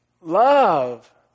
Love